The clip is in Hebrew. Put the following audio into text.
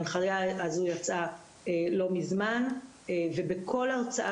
זה למעשה בשנה וחצי האחרונות ההנחיה הזו יצאה לא מזמן ובכל הרצאה